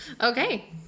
Okay